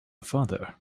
father